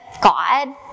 God